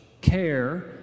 care